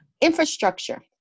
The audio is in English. Infrastructure